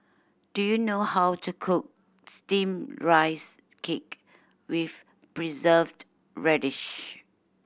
do you know how to cook Steamed Rice Cake with Preserved Radish